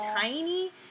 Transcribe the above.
tiny